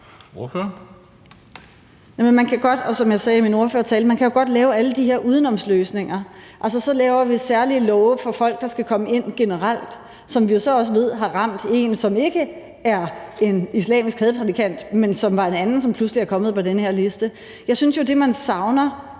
man jo godt lave alle de her udenomsløsninger. Altså, så laver vi særlige love for folk, der skal komme ind generelt, som vi så også ved har ramt en, som ikke er en islamisk hadprædikant, men som var en anden, som pludselig var kommet på den her liste. Jeg synes jo, at det, man savner